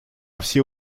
все